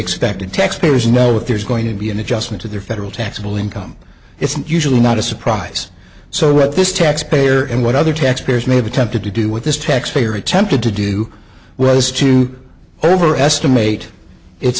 expected taxpayers now with there's going to be an adjustment to their federal tax bill income isn't usually not a surprise so read this taxpayer and what other taxpayers may have attempted to do with this tax payer attempted to do was to over estimate it